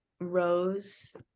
rose